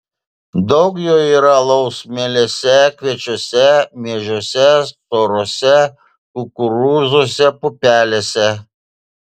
daug jo yra alaus mielėse kviečiuose miežiuose sorose kukurūzuose pupelėse